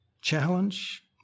challenge